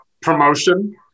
promotion